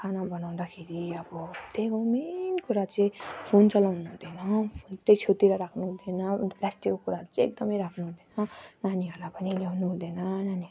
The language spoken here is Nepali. खाना बनाउँदाखेरि अब त्यही हो मेन कुरा चाहिँ फोन चलाउनु हुँदैन फोन त छेउतिर राख्नु हुँदैन अनि प्लास्टिकको कुराहरू चाहिँ एकदमै राख्नु हुँदैन नानीहरूलाई पनि ल्याउनु हुँदैन